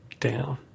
down